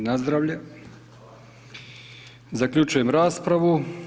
I nazdravlje [[Upadica: Hvala.]] Zaključujem raspravu.